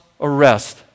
arrest